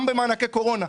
גם במענקי קורונה.